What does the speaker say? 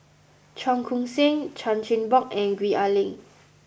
Cheong Koon Seng Chan Chin Bock and Gwee Ah Leng